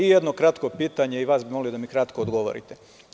Jedno kratko pitanje i molio bih vas da mi kratko odgovorite.